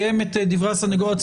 בעיקר אם אנחנו לוקחים את הנתונים של